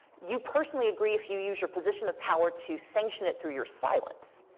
you personally agree if you use your position of power to sanction it through your silence.